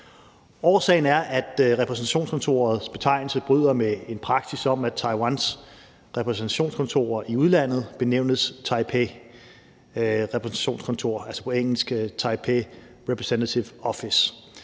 Årsagen er, at repræsentationskontorets betegnelse bryder med en praksis om, at Taiwans repræsentationskontorer i udlandet benævnes Taipei Representative Office,